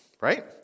right